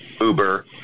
Uber